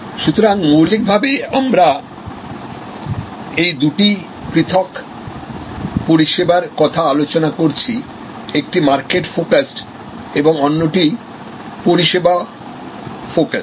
সুতরাং মৌলিকভাবে আমরাএই দুটি পৃথক পরিষেবার কথা আলোচনা করছিএকটি মার্কেট ফোকাসড এবং অন্যটি পরিষেবা ফোকাসড